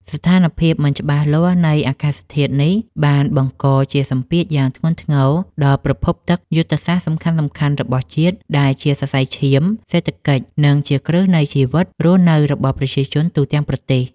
ស្ថានភាពមិនច្បាស់លាស់នៃអាកាសធាតុនេះ បានបង្កជាសម្ពាធយ៉ាងធ្ងន់ធ្ងរដល់ប្រភពទឹកយុទ្ធសាស្ត្រសំខាន់ៗរបស់ជាតិ ដែលជាសរសៃឈាមសេដ្ឋកិច្ច និងជាគ្រឹះនៃជីវភាពរស់នៅរបស់ប្រជាជនទូទាំងប្រទេស។